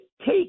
take